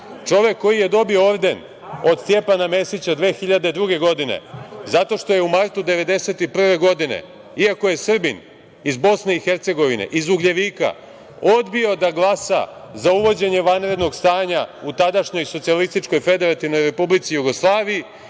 čovek koji je dobio orden od Stjepana Mesića 2002. godine, zato što je u martu 1991. godine, iako je Srbin iz Bosne i Hercegovine, iz Ugljevika, odbio da glasa za uvođenje vanrednog stanja u tadašnjoj Socijalističkoj Federativnoj Republici Jugoslaviji